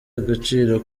agaciro